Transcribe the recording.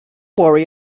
worry